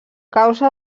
causa